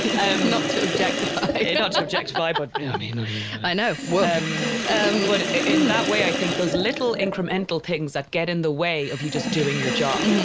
um not to objectify not to objectify, but i know, woof um but in that way i think those little incremental things that get in the way of you just doing your job.